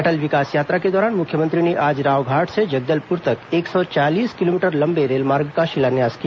अटल विकास यात्रा के दौरान मुख्यमंत्री ने आज रावघाट से जगदलपुर तक एक सौ चालीस किलोमीटर लंबे रेलमार्ग का शिलान्यास किया